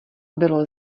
bylo